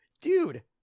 dude